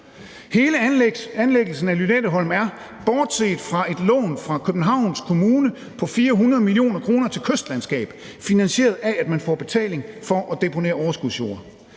Hele anlæggelsen af Lynetteholm er bortset fra et lån fra Københavns Kommune på 400 mio. kr. til kystlandskab finansieret af, at man får betaling for at deponere overskudsjorden.